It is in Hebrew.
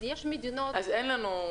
אז יש מדינות -- אז אין לנו...